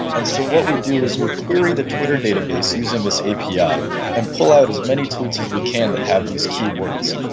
and so what we do is we query the twitter database using this api yeah and pull out as many tweets as we can that have these keywords.